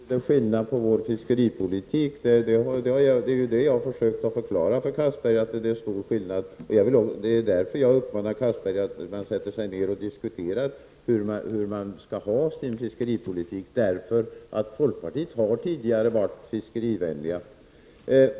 Herr talman! Ja, visst är det skillnad mellan folkpartiets fiskeripolitik och vår. Det är stor skillnad — det är det jag har försökt att förklara för Castberger. Det är därför jag uppmanar Castberger att sätta sig ned och diskutera folkpartiets fiskeripolitik — folkpartiet har tidigare varit fiskerivänligt.